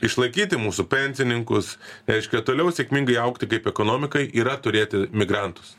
išlaikyti mūsų pensininkus reiškia toliau sėkmingai augti kaip ekonomikai yra turėti migrantus